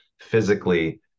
physically